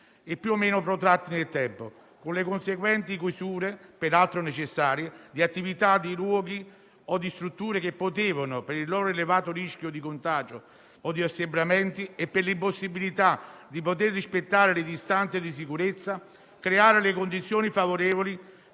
e più o meno protratti nel tempo, con le conseguenti chiusure, peraltro necessarie, di attività, di luoghi o di strutture che potevano, per il loro elevato rischio di contagio o di assembramenti e per l'impossibilità di poter rispettare le distanze di sicurezza, creare le condizioni favorevoli